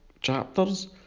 chapters